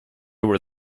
were